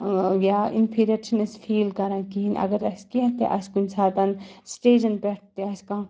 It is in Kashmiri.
یا اِنفیٖریَر چھِنہٕ أسۍ فیٖل کَران کِہیٖنۍ اگر اَسہِ کیںٛہہ تہِ آسہِ کُنہِ ساتہٕ سٹیجَن پٮ۪ٹھ تہِ آسہِ کانٛہہ